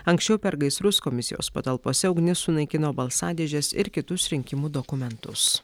anksčiau per gaisrus komisijos patalpose ugnis sunaikino balsadėžes ir kitus rinkimų dokumentus